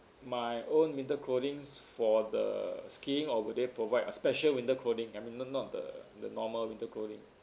my own winter clothings for the skiing or will they provide a special winter clothing I mean no~ not the the normal winter clothing